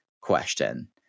question